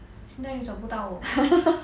那你找不到 oh